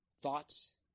thoughts